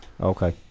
Okay